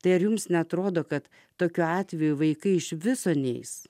tai ar jums neatrodo kad tokiu atveju vaikai iš viso neis